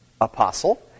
apostle